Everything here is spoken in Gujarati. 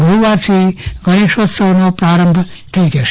ગુડુવારથી ગણેશોત્સવ પ્રારંભ થઇ જશે